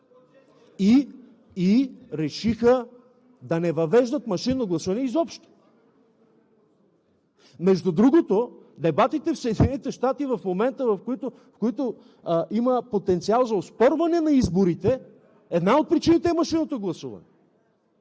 и решиха да не въвеждат машинно гласуване изобщо. Между другото, дебатите в Съединените щати в момента, в които има потенциал за оспорване на изборите, една от причините е машинното гласуване